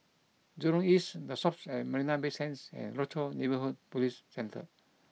Jurong East The Shoppes at Marina Bay Sands and Rochor Neighborhood Police Centre